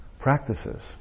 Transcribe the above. practices